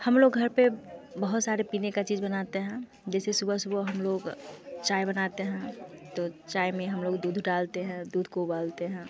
हम लोग घर पर बहुत सारे पीने की चीज़ें बनाते हैं जैसे सुबह सुबह हम लोग चाय बनाते हैं तो चाय में हम लोग दूध डालते हैं दूध को उबालते हैं